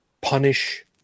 punish